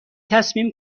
تصمیم